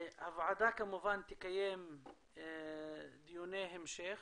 הוועדה כמובן תקיים דיוני המשך